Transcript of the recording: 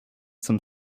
some